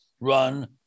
Run